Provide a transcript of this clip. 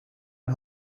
een